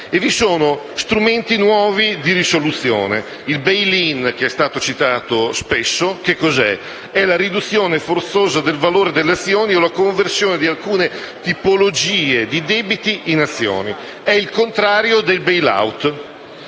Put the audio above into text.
e vi sono strumenti nuovi di risoluzione. Il *bail in*, spesso citato, è la riduzione forzosa del valore delle azioni e la conversione di alcune tipologie di debiti in azioni. Esso è il contrario del *bail out*,